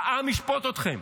העם ישפוט אתכם.